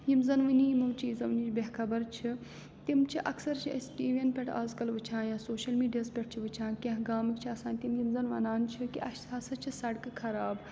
یِم زَن وٕنہِ یِمو چیٖزو نِش بےٚ خبر چھِ تِم چھِ اَکثر چھِ أسۍ ٹی وی یَن پٮ۪ٹھ آز کَل وٕچھان یا سوشَل میٖڈیاہَس پٮ۪ٹھ چھِ وٕچھان کیٚنٛہہ گامٕکۍ چھِ آسان تِم یِم زَن وَنان چھِ کہِ اَسہِ ہسا چھِ سَڑکہٕ خراب